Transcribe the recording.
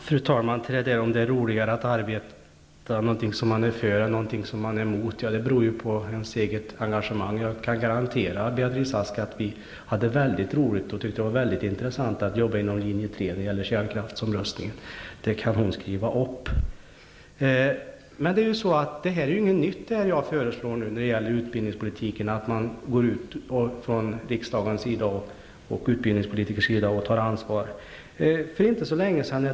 Fru talman! När det gäller detta med att det skulle vara roligare att arbeta med någonting som man är för än att arbeta med någonting som man är emot, kan jag säga att det beror på ens eget engagemang. Jag kan garantera Beatrice Ask att vi hade mycket roligt och tyckte det var mycket intressant att arbeta inom linje 3 när det gällde kärnkraftsomröstningen. Det kan hon skriva upp. Men det jag föreslår nu, att riksdagen och utbildningspolitiker går ut och tar ansvar, är inte något nytt.